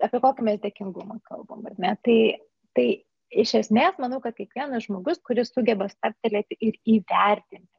apie kokį mes dėkingumą kalbam ar ne tai tai iš esmės manau kad kiekvienas žmogus kuris sugeba stabtelėti ir įvertinti